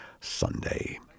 Sunday